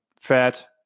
fat